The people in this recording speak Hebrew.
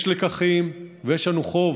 יש לקחים, ויש לנו חוב: